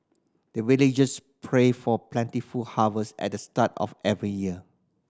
the villagers pray for plentiful harvest at the start of every year